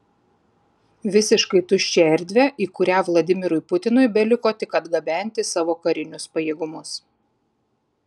visiškai tuščią erdvę į kurią vladimirui putinui beliko tik atgabenti savo karinius pajėgumus